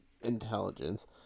intelligence